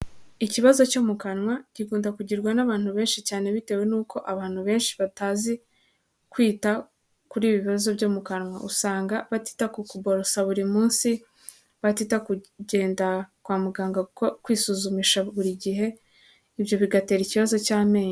Ikibazo cyo mu kanwa kikunda kugirwa n'abantu benshi cyane bitewe n'uko abantu benshi batazi kwita kuri ibi bibazo byo mu kanwa usanga batita ku kuborosa buri munsi, batita kugenda kwa muganga kuko kwisuzumisha buri gihe ibyo bigatera ikibazo cy'amenyo.